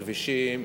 יש כבישים,